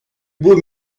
beaux